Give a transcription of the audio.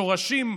שורשים,